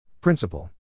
Principle